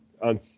On